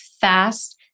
fast